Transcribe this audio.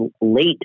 late